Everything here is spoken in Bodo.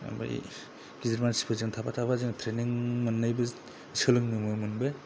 ओमफ्राय गिदिर मानसिफोरजों थाफा थाफा जों ट्रेइनिं मोननायबो सोलोंनो मोनबाय